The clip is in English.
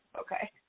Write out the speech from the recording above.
Okay